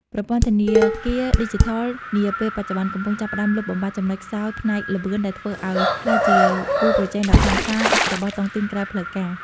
ប្រព័ន្ធធនាគារឌីជីថលនាពេលបច្ចុប្បន្ន កំពុងចាប់ផ្ដើមលុបបំបាត់ចំណុចខ្សោយផ្នែកល្បឿន ដែលធ្វើឱ្យវាក្លាយជាគូប្រជែងដ៏ខ្លាំងក្លារបស់តុងទីនក្រៅផ្លូវការ។